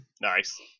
Nice